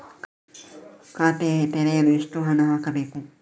ಖಾತೆ ತೆರೆಯಲು ಎಷ್ಟು ಹಣ ಹಾಕಬೇಕು?